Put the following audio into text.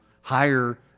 higher